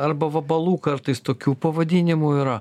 arba vabalų kartais tokių pavadinimų yra